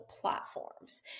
platforms